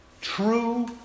True